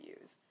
use